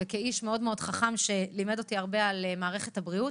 וכאיש מאוד מאוד חכם שלימד אותי הרבה על מערכת הבריאות,